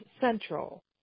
central